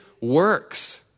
works